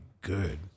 good